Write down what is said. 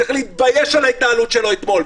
הוא צריך להתבייש על ההתנהלות שלו אתמול,